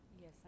Yes